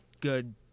good